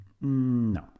No